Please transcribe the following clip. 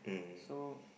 so